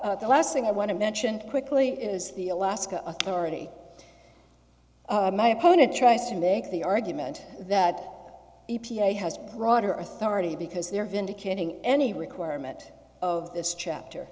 the last thing i want to mention quickly is the alaska authority my opponent tries to make the argument that e p a has broad or authority because there vindicating any requirement of this chapter